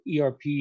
ERP